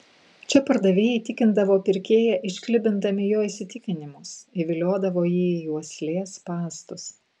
čia pardavėjai įtikindavo pirkėją išklibindami jo įsitikinimus įviliodavo jį į uoslės spąstus